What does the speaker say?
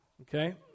Okay